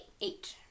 Eight